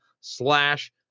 slash